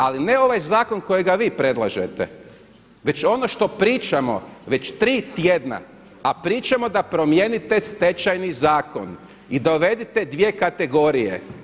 Ali ne ovaj zakon kojega vi predlažete, već ono što pričamo već tri tjedna, a pričamo da promijenite Stečajni zakon i dovedite dvije kategorije.